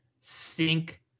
sink